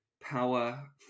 Power